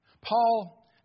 Paul